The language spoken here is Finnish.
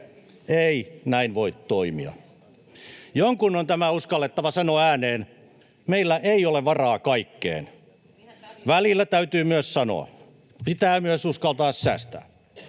Ei näin voi toimia. Jonkun on tämä uskallettava sanoa ääneen: meillä ei ole varaa kaikkeen. Välillä täytyy myös sanoa: pitää myös uskaltaa säästää.